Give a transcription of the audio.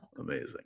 Amazing